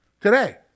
Today